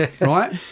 right